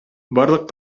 барлык